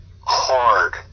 hard